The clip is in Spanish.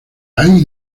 hay